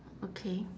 okay